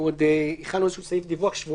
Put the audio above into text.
הכנו סעיף דיווח שבועי.